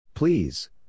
Please